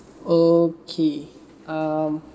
okay um